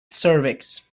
cervix